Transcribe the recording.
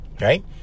right